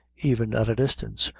even at a distance,